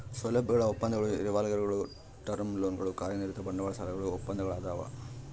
ಸೌಲಭ್ಯಗಳ ಒಪ್ಪಂದಗಳು ರಿವಾಲ್ವರ್ಗುಳು ಟರ್ಮ್ ಲೋನ್ಗಳು ಕಾರ್ಯನಿರತ ಬಂಡವಾಳ ಸಾಲಗಳು ಒಪ್ಪಂದಗಳದಾವ